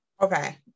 okay